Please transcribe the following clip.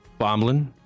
Bomblin